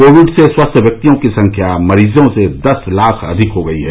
Covid से स्वस्थ व्यक्तियों की संख्या मरीजों से दस लाख अधिक हो गई है